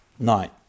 Nine